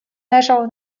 leżał